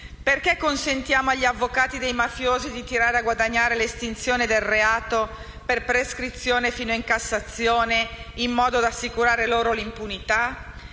Perché consentiamo agli avvocati dei mafiosi di tirare a guadagnare l'estinzione del reato per prescrizione fino in Cassazione, in modo da assicurare loro l'impunità?